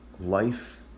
life